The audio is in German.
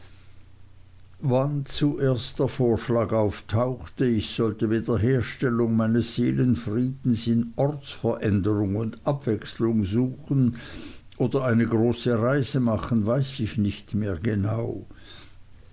wann zuerst der vorschlag auftauchte ich sollte wiederherstellung meines seelenfriedens in ortsveränderung und abwechslung suchen oder eine große reise machen weiß ich nicht mehr genau